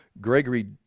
Gregory